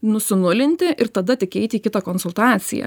nusinulinti ir tada tik eit į kitą konsultaciją